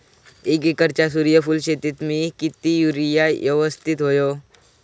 एक एकरच्या सूर्यफुल शेतीत मी किती युरिया यवस्तित व्हयो?